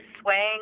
swaying